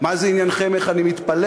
מה זה עניינכם איך אני מתפלל?